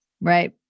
Right